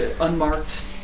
unmarked